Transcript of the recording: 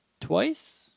twice